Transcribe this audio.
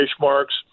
marks